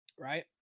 Right